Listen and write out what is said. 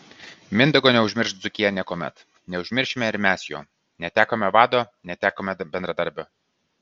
mindaugo neužmirš dzūkija niekuomet neužmiršime ir mes jo netekome vado netekome bendradarbio